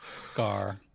Scar